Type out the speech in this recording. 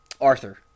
Arthur